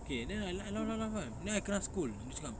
okay then I la~ I laugh laugh laugh kan then I kena scold dia cakap